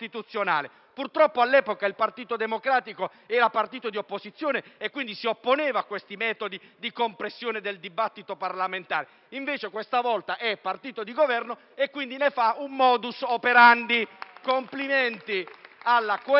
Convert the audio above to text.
Purtroppo all'epoca il Partito Democratico era partito di opposizione e quindi si opponeva ai metodi di compressione del dibattito parlamentare. Invece questa volta è partito di Governo e ne fa pertanto un *modus operandi*. Complimenti alla coerenza